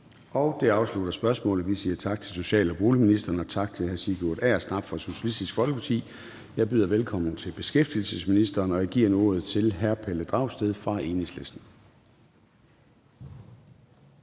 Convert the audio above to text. Det afslutter spørgsmålet. Vi siger tak til social- og boligministeren og tak til hr. Sigurd Agersnap fra Socialistisk Folkeparti. Jeg byder velkommen til beskæftigelsesministeren, og jeg giver nu ordet til hr. Pelle Dragsted fra Enhedslisten.